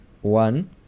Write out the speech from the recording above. One